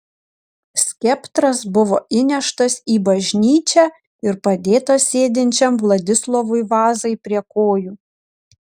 skeptras buvo įneštas į bažnyčią ir padėtas sėdinčiam vladislovui vazai prie kojų